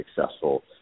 successful